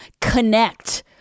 connect